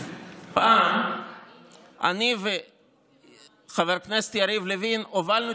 פעם אני וחבר הכנסת יריב לוין הובלנו